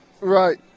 Right